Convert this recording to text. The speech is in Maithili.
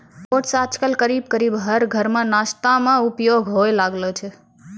ओट्स आजकल करीब करीब हर घर मॅ नाश्ता मॅ उपयोग होय लागलो छै